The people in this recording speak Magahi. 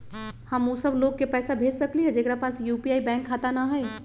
हम उ सब लोग के पैसा भेज सकली ह जेकरा पास यू.पी.आई बैंक खाता न हई?